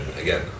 again